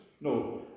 No